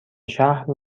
شهر